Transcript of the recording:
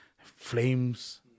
Flames